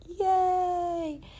Yay